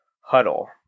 huddle